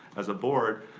as a board,